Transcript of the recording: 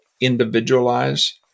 individualize